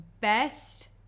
best